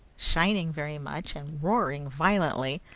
shining very much and roaring violently,